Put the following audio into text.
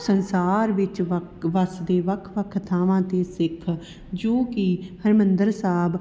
ਸੰਸਾਰ ਵਿੱਚ ਵਕ ਵਸਦੇ ਵੱਖ ਵੱਖ ਥਾਵਾਂ 'ਤੇ ਸਿੱਖ ਜੋ ਕਿ ਹਰਿਮੰਦਰ ਸਾਹਿਬ